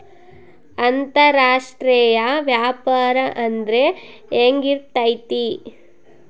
ಅಂತರಾಷ್ಟ್ರೇಯ ವ್ಯಾಪಾರ ಅಂದ್ರೆ ಹೆಂಗಿರ್ತೈತಿ?